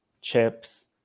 chips